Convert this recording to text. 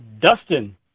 Dustin